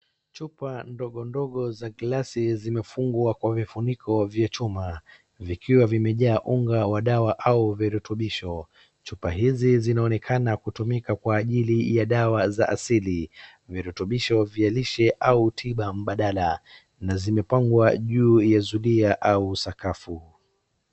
Chupa ndogo ndogo za glasi zimefunkwa kwa vifuniko vya chuma vikiwa vimejaa unga wa dawa au virutubisho. Chupa hizi zinaonekana kutumika kwa ajili ya dawa za asili. Virutubsiho vya lishe au tiba mbadala na zimepangwa juu ya zulia au sakafu.